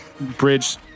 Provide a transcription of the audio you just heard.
bridge